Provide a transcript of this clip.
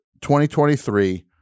2023